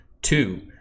Two